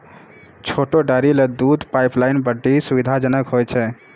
छोटो डेयरी ल दूध पाइपलाइन बड्डी सुविधाजनक होय छै